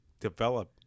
develop